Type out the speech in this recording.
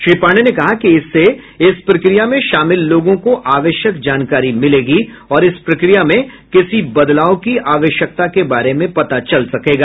श्री पाण्डेय ने कहा कि इससे इस प्रक्रिया में शामिल लोगों को आवश्यक जानकारी मिलेगी और इस प्रक्रिया में किसी बदलाव की आवश्यकता के बारे में पता चल सकेगा